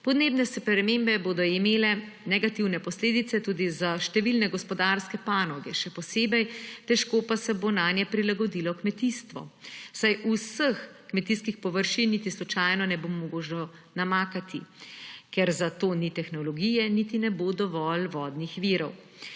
Podnebne spremembe bodo imele negativne posledice tudi za številne gospodarske panoge, še posebej težko pa se bo nanje prilagodilo kmetijstvo, saj vseh kmetijskih površin niti slučajno ne bo možno namakati, ker za to ni tehnologije niti ne bo dovolj vodnih virov.